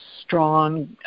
strong